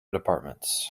departments